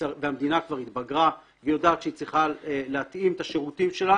והמדינה כבר התבגרה ויודעת שהיא צריכה להתאים את השירותים שלה